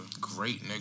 great